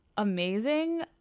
amazing